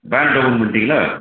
பேனட்டை open பண்ணிட்டிங்களா